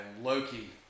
Loki